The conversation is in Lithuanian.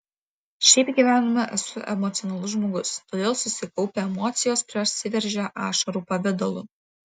šiaip gyvenime esu emocionalus žmogus todėl susikaupę emocijos prasiveržia ašarų pavidalu